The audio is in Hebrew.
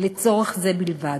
לצורך זה בלבד.